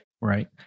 Right